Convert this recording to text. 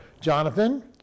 Jonathan